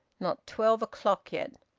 not twelve o'clock yet!